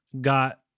got